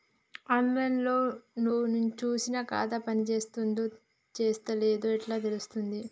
On line లో చూసి ఖాతా పనిచేత్తందో చేత్తలేదో ఎట్లా తెలుత్తది?